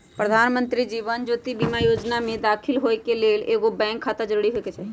प्रधानमंत्री जीवन ज्योति बीमा जोजना में दाखिल होय के लेल एगो बैंक खाता जरूरी होय के चाही